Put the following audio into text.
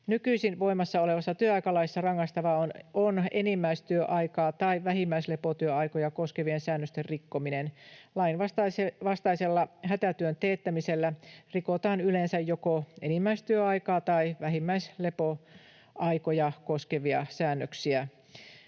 Nykyisin voimassa olevassa työaikalaissa rangaistavaa on enimmäistyöaikaa tai vähimmäislepoaikoja koskevien säännösten rikkominen. Lain vastaisella hätätyön teettämisellä rikotaan yleensä joko enimmäistyöaikaa tai vähimmäislepoaikoja koskevia säännöksiä.